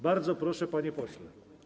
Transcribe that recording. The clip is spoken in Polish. Bardzo proszę, panie pośle.